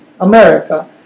America